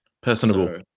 personable